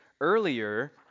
earlier